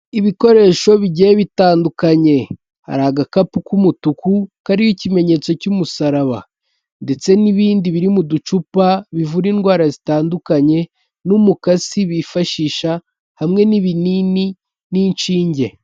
Ibikoresho bigiye bitandukanye. Hari agakapu k'umutuku, kariho ikimenyetso cy'umusaraba ndetse n'ibindi biri mu ducupa, bivura indwara zitandukanye, n'umukasi bifashisha, hamwe n'ibinini n'inshinge.